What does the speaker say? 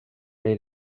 les